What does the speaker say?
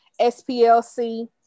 SPLC